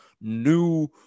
new